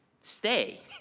stay